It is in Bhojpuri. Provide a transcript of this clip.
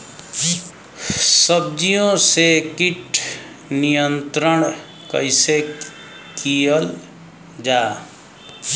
सब्जियों से कीट नियंत्रण कइसे कियल जा?